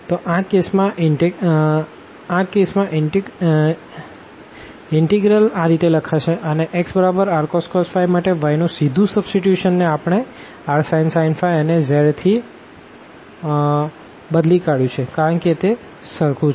એ case માં integral આ રીતે લખાશે અને xrcos માટે y નું સીધું સબસ્ટીટ્યુશનને આપણે rsin અનેz થી બદલી કાઢ્યું છે કારણ કે તે સરખું છે